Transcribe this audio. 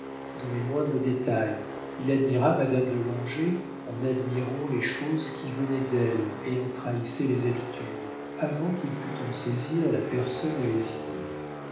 dans les moindres détails il admira madame de langeais en admirant les choses qui venaient d'elle et en trahissaient les habitudes avant qu'il pût en saisir la personne et les idées